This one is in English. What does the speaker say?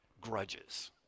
Grudges